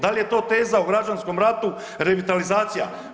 Da li je to teza u građanskom ratu, revitalizacija?